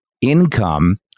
income